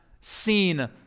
seen